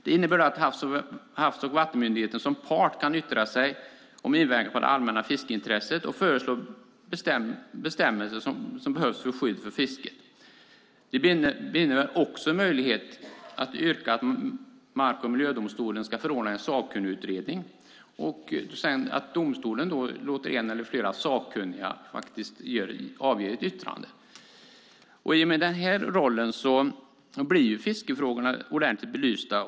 Det innebär att Havs och vattenmyndigheten som part kan yttra sig om inverkan på det allmänna fiskeintresset och föreslå bestämmelser som behövs till skydd för fisket. Det innebär också en möjlighet att yrka på att mark och miljödomstolen ska förordna en sakkunnigutredning och att domstolen sedan ska låta en eller flera sakkunniga avge ett yttrande. I och med den rollen blir fiskefrågorna ordentligt belysta.